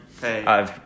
Hey